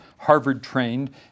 Harvard-trained